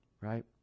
Right